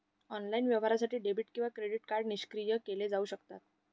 online व्यवहारासाठी debit किंवा credit card निष्क्रिय केले जाऊ शकतात